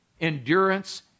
endurance